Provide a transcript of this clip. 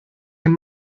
him